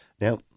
Now